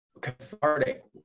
cathartic